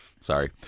Sorry